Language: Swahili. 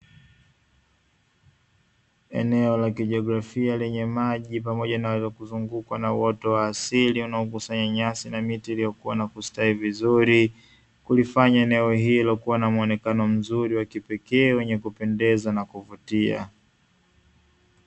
Eneo la kijografia lenye maji pamoja na kuzungukwa na uoto wa asili unaokusanya nyasi na miti iliyokua na kustawi vizuri, kulifanya eneo hilo kuwa na muonekano mzuri wa kipekee wenye kupendeza na kuvutia.